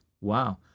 Wow